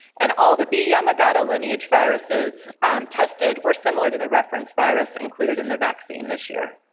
and all the b yamagata lineage viruses tested were similar to the referenced virus included in the vaccine this year.